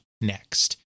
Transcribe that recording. next